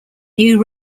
new